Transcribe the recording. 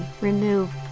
remove